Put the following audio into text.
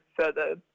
further